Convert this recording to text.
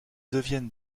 deviennent